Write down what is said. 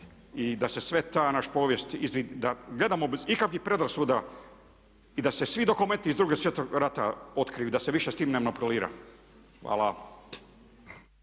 i da se sva ta naša povijest da gledamo bez ikakvih predrasuda i da se svi dokumenti iz drugog svjetskog rata otkriju i da se više s tim ne manipulira. Hvala.